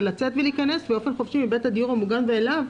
ולצאת ולהיכנס באופן חופשי מבית הדיור המוגן ואליו,